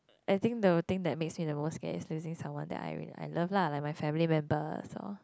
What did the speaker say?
I think they'll think that makes me the most scare is using someone that I I love lah like my family member so